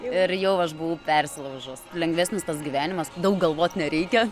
ir jau aš buvau persilaužus lengvesnis tas gyvenimas daug galvot nereikia